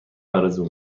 آرزو